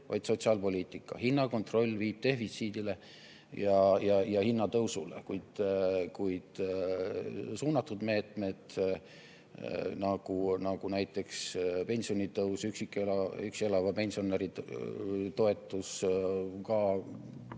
vaid sotsiaalpoliitika. Hinnakontroll viib defitsiidile ja hinnatõusule, kuid suunatud meetmed, nagu näiteks pensionitõus, ka üksi elava pensionäri toetus,